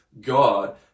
God